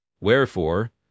Wherefore